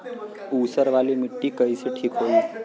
ऊसर वाली मिट्टी कईसे ठीक होई?